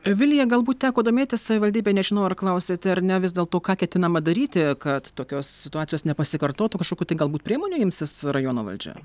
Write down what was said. vilija galbūt teko domėtis savivaldybė nežinau ar klausėt ar ne vis dėlto ką ketinama daryti kad tokios situacijos nepasikartotų kažkokių tai galbūt priemonių imsis rajono valdžia